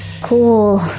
Cool